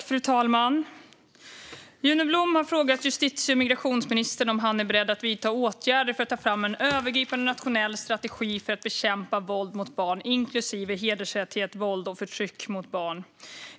Fru talman! Juno Blom har frågat justitie och migrationsministern om han är beredd att vidta åtgärder för att ta fram en övergripande nationell strategi för att bekämpa våld mot barn, inklusive hedersrelaterat våld och förtryck mot barn.